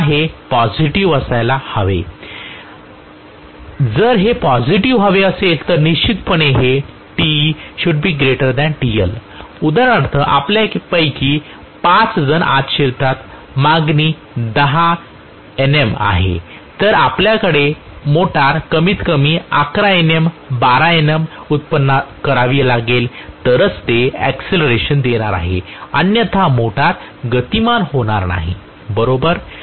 मला हे पॉझिटिव्ह असायला हवे आहे जर हे पॉझिटिव्ह हवे असेल म्हणून निश्चितच ते TeTL उदाहरणार्थ आपल्यापैकी पाच जण आत शिरतात मागणी 10 Nm आहे तर आपल्याला मोटर कमीतकमी 11 Nm 12 Nm व्युत्पन्न करावी लागेल तरच ते एक्सिलरेशन देणार आहे अन्यथा मोटार गतीमान होणार नाही बरोबर